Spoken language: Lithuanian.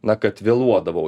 na kad vėluodavau